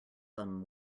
them